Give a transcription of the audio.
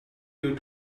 you